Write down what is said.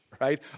right